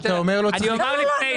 אני אומר לפני זה.